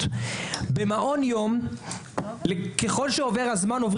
שבשעות האלה הם מגיעים לצהרון כשהם עייפים,